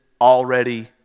already